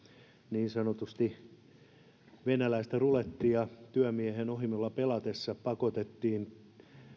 niin sanotusti venäläistä rulettia työmiehen ohimolla pelatessa pakotettiin